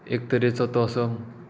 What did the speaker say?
एक तरेचो तो असो